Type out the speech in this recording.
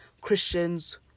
Christians